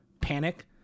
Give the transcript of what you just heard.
panic